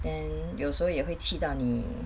then 有时候也会气到你